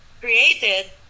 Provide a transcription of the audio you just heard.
created